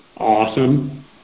awesome